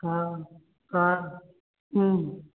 हाँ हाँ हूं